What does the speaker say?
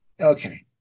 Okay